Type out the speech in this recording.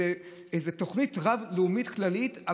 איזו תוכנית לאומית כללית,